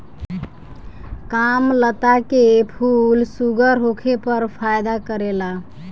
कामलता के फूल शुगर होखे पर फायदा करेला